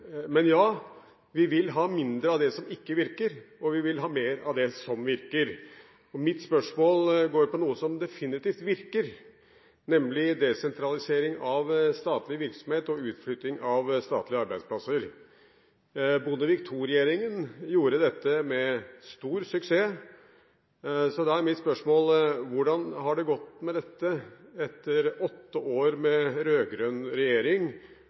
Ja, vi vil ha mindre av det som ikke virker, og vi vil ha mer av det som virker. Mitt spørsmål går på noe som definitivt virker, nemlig desentralisering av statlig virksomhet og utflytting av statlige arbeidsplasser. Bondevik II-regjeringen gjorde dette med stor suksess, så da er mitt spørsmål: Hvordan har det gått med dette etter åtte år med rød-grønn regjering,